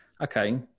okay